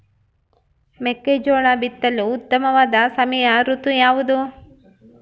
ಮೆಕ್ಕೆಜೋಳ ಬಿತ್ತಲು ಉತ್ತಮವಾದ ಸಮಯ ಋತು ಯಾವುದು?